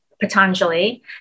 Patanjali